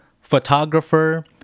photographer